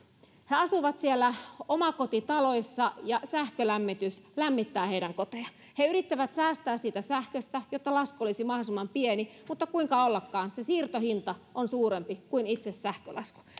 he asuvat omakotitaloissa ja sähkölämmitys lämmittää heidän kotejansa he yrittävät säästää siitä sähköstä jotta lasku olisi mahdollisimman pieni mutta kuinka ollakaan se siirtohinta on suurempi kuin itse sähkön hinta